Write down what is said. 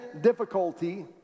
difficulty